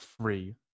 free